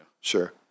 sure